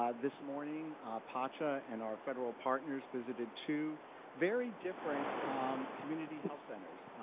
um this morning pacha and our federal partners visited two very different community health centers,